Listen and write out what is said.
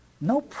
no